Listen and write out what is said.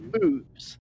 moves